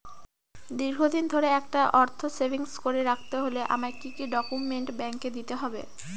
দীর্ঘদিন ধরে একটা অর্থ সেভিংস করে রাখতে হলে আমায় কি কি ডক্যুমেন্ট ব্যাংকে দিতে হবে?